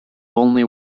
only